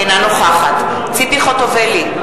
אינה נוכחת ציפי חוטובלי,